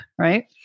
right